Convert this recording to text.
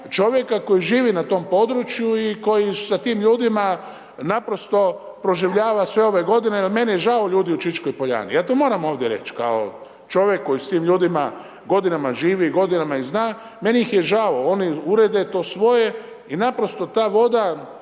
čovjeka koji živi na tom području i koji sa tim ljudima naprosto proživljava sve ove godine jer meni je žao ljudi u Čičkoj Poljani, ja to moram ovdje reći kao čovjek koji s tim ljudima godinama živi i godinama ih zna, meni ih je žao, oni urede to svoje i naprosto ta voda